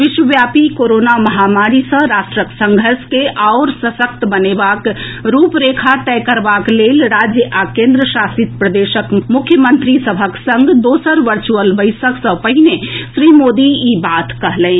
विश्वव्यापी कोरोना महामारी सॅ राष्ट्रक संघर्ष के आओर सशक्त बनेबाक रूपरेखा तय करबाक लेल राज्य आ केन्द्रशासित प्रदेशक मुख्यमंत्री सभक संग दोसर वर्चुअल बैसक सॅ पहिने श्री मोदी ई बात कहलनि